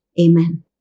Amen